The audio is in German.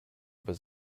über